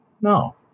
No